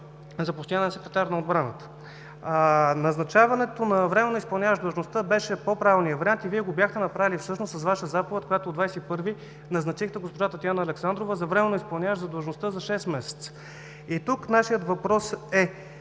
за постоянен секретар на отбраната. Назначаването на временно изпълняващ длъжността беше по правилният вариант и Вие го бяхте направили всъщност с Ваша заповед, с която от 21-ви назначихте госпожа Татяна Александрова за временно изпълняващ длъжността за шест месеца. Тук нашият въпрос е: